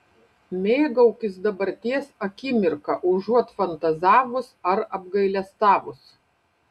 mėgaukis dabarties akimirka užuot fantazavus ar apgailestavus